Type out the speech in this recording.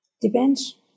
Depends